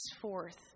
forth